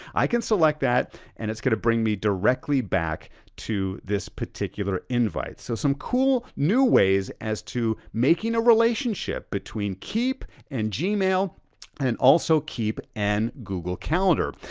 i can select that and it's gonna bring me directly back to this particular invite. so some cool new ways as to making a relationship between keep in and gmail, and also keep and google calendar.